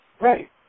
Right